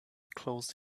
closed